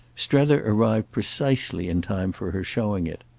strether arrived precisely in time for her showing it.